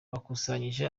bakusanyije